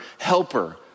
helper